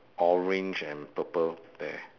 orange and purple bear